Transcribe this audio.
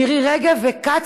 מירי רגב וכץ,